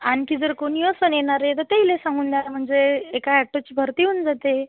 आणखी जर कोणी असेल येणारे तर त्याला सांगून द्या म्हणजे एका ॲटोची भर्ती होऊन जाते